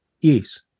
Yes